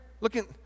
looking